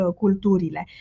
culturile